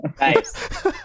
Nice